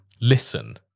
listen